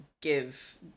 give